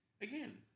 Again